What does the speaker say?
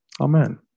Amen